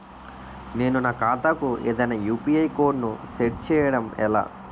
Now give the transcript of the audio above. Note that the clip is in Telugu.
నేను నా ఖాతా కు ఏదైనా యు.పి.ఐ కోడ్ ను సెట్ చేయడం ఎలా?